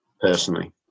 personally